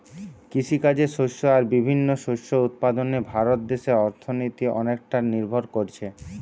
কৃষিকাজের শস্য আর বিভিন্ন শস্য উৎপাদনে ভারত দেশের অর্থনীতি অনেকটা নির্ভর কোরছে